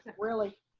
and really.